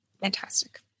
Fantastic